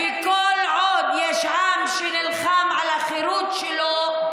וכל עוד יש עם שנלחם על החירות שלו,